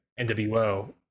NWO